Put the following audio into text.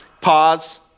pause